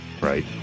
right